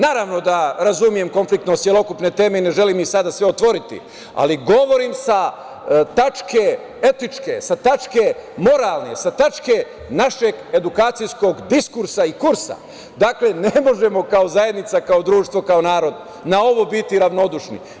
Naravno da razumem konfliktnost celokupne teme i ne želim i sada sve otvoriti, ali govorim sa tačke etičke, sa tačke moralne, sa tačke našeg edukacijskog diskursa i kursa, dakle, ne možemo kao zajednica, kao društvo, kao narod na ovo biti ravnodušni.